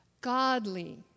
godly